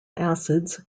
acids